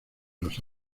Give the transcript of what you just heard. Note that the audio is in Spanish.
los